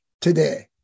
today